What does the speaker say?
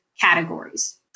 categories